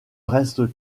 reste